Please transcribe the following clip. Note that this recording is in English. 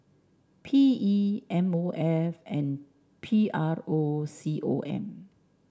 P E M O F and P R O C O M